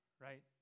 right